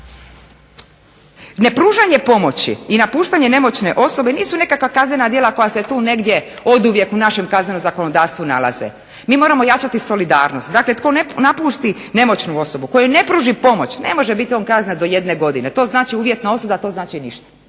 Nepružanje pomoći i napuštanje nemoćne osobe nisu nekakva kaznena djela koja se tu negdje oduvijek u našem kaznenom zakonodavstvu nalaze. Mi moramo jačati solidarnost. Dakle, tko napusti nemoćnu osobu, tko joj ne pruži pomoć ne može biti kazna do jedne godine. To znači uvjetna osuda, a to znači ništa.